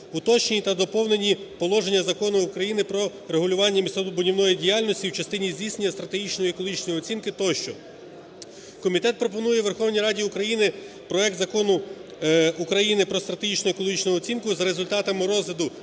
уточнені та доповнені положення Закону України "Про регулювання містобудівної діяльності" в частині здійснення стратегічної екологічної оцінки тощо. Комітет пропонує Верховній Раді України проект Закону України про стратегічну екологічну оцінку за результатами розгляду